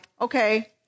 Okay